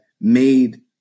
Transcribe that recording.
made